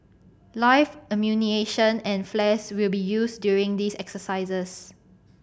live ammunition and flares will be used during these exercises